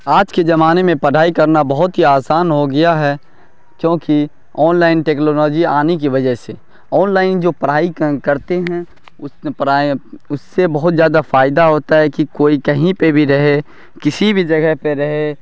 آج کے زمانے میں پڑھائی کرنا بہت ہی آسان ہو گیا ہے کیونکہ آن لائن ٹیکنالوجی آنے کی وجہ سے آن لائن جو پڑھائی کرتے ہیں اس میں پڑھائی اس سے بہت زیادہ فائدہ ہوتا ہے کہ کوئی کہیں پہ بھی رہے کسی بھی جگہ پہ رہے